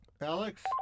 Alex